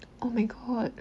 oh my god